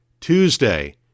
Tuesday